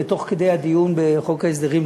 תוך כדי הדיון בחוק ההסדרים,